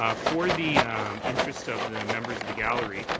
ah for the interests of the members of the gallery,